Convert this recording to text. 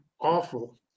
awful